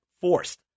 forced